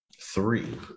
Three